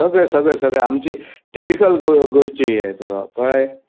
सगळें सगळें सगळें आमची टिपिकल गोंय गोंयची हें तुका कळ्ळें